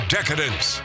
Decadence